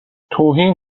توهین